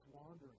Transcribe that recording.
wandering